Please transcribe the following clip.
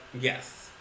yes